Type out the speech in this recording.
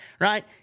right